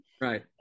Right